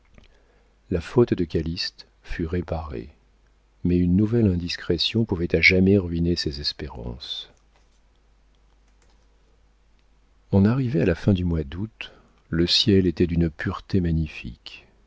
la faute de calyste fut réparée mais une nouvelle indiscrétion pouvait à jamais ruiner ses espérances on arrivait à la fin du mois d'août le ciel était d'une pureté magnifique